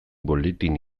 buletin